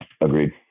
Agreed